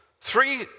Three